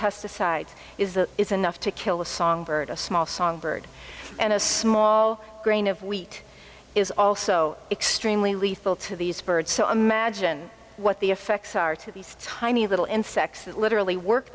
pesticide is that is enough to kill the songbird a small songbird and a small grain of wheat is also extremely lethal to these birds so imagine what the effects are to these tiny little insects that literally work